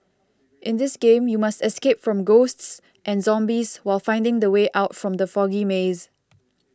in this game you must escape from ghosts and zombies while finding the way out from the foggy maze